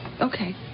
Okay